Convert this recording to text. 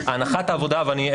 הנחת העבודה ואני,